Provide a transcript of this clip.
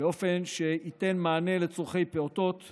באופן שייתן מענה על צורכי פעוטות